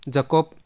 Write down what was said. Jacob